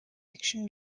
fiction